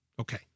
Okay